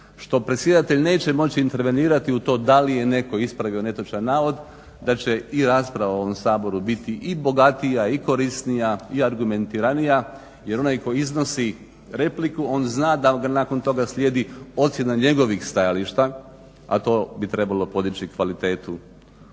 što predsjedatelj neće moći intervenirati u to da li je netko ispravio netočan navod da će i rasprava u ovom Saboru biti i bogatija i korisnija i argumentiranija. Jer onaj tko iznosi repliku on zna da nakon toga slijedi ocjena njegovih stajališta, a to bi trebalo podići kvalitetu